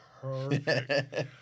perfect